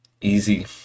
Easy